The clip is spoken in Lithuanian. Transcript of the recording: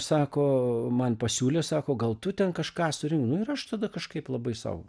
sako man pasiūlė sako gal tu ten kažką surink nu ir aš tada kažkaip labai sau